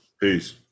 Peace